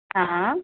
हां